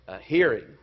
hearing